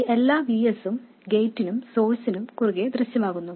ഈ എല്ലാ V sഉം ഗേറ്റിനും സോഴ്സിനും കുറുകെ ദൃശ്യമാകുന്നു